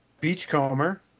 Beachcomber